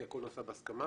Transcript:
כי הכול נעשה בהסכמה,